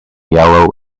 yellow